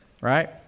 right